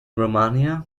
romania